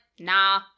nah